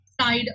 side